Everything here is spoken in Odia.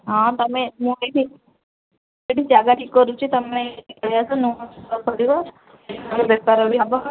ହଁ ତୁମେ ମୁଁ ଏଠି ଏଠି ଜାଗା ଠିକ କରୁଛି ତୁମେ ପଳେଇ ଆସ ନୂଆ ଷ୍ଟଲ୍ ଖୋଲିବ ବେପାର ବି ହେବ